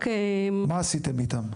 מה עשיתם איתם?